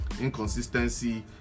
Inconsistency